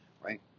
right